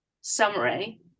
summary